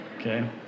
Okay